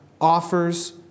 offers